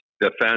defense